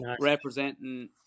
representing